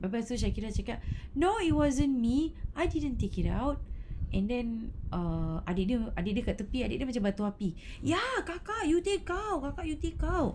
lepas tu shakirah cakap no it wasn't me I didn't take it out and then err adik dia adik dia kat tepi adik dia macam batu api ya kakak you take out kakak you take out